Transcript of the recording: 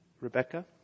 Rebecca